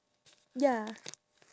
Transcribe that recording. ya